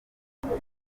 kubera